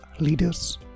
leaders